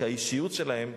האישיות שלהן,